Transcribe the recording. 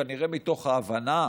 כנראה מתוך ההבנה